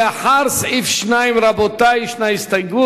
לאחר סעיף 2, רבותי,